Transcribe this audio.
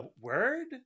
word